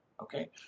Okay